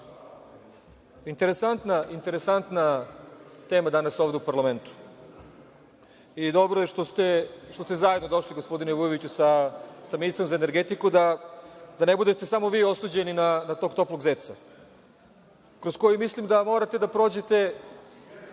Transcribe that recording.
interesantna tema je danas ovde u parlamentu. Dobro je što ste zajedno došli, gospodine Vujoviću, sa ministrom za energetiku, da ne budete samo vi osuđeni na tog „toplog zeca“, kroz koji mislim da morate da prođete,